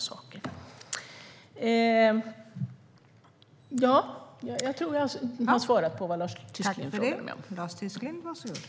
Jag tror att jag har svarat på Lars Tysklinds frågor.